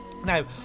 Now